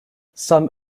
some